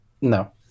no